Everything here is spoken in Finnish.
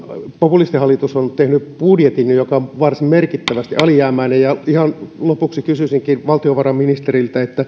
populistihallitus on tehnyt budjetin joka on varsin merkittävästi alijäämäinen ihan lopuksi kysyisinkin valtiovarainministeriltä